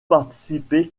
participer